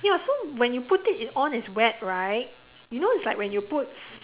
ya so when you put it it on it's wet right you know it's like when you put